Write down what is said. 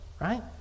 right